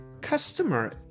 customer